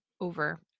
over